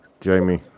Jamie